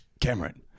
Cameron